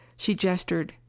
she gestured,